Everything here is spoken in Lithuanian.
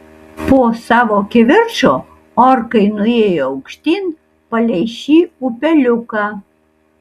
po savo kivirčo orkai nuėjo aukštyn palei šį upeliuką